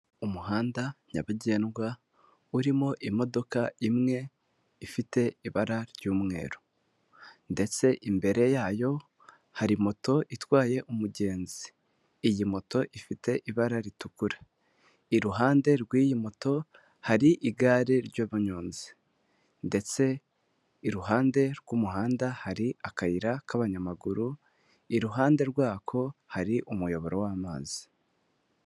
Umuhanda nyabagendwa urimo imodoka imwe ifite ibara ry'umweru ndetse imbere yayo hari moto itwaye umugenzi, iyi moto ifite ibara ritukura. Iruhande rw'iyi moto hari igare ry'umunyonzi ndetse iruhande rw'umuhanda hari akayira k'abanyamaguru, iruhande rwako hari umuyoboro w'amazi.